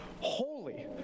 holy